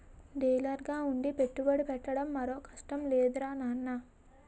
డీలర్గా ఉండి పెట్టుబడి పెట్టడం మరో కష్టం లేదురా నాన్నా